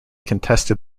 contested